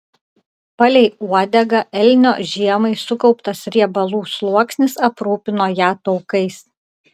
palei uodegą elnio žiemai sukauptas riebalų sluoksnis aprūpino ją taukais